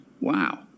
Wow